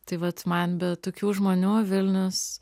tai vat man be tokių žmonių vilnius